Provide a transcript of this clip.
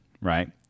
right